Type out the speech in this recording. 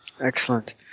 Excellent